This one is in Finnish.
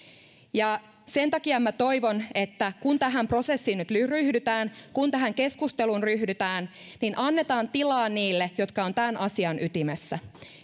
sen takia minä toivon että kun tähän prosessiin nyt ryhdytään kun tähän keskusteluun ryhdytään niin annetaan tilaa niille jotka ovat tämän asian ytimessä